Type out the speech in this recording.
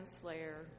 Slayer